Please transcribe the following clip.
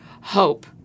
hope